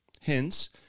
Hence